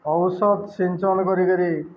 ଔଷଧ ସିଞ୍ଚନ୍ କରିକରି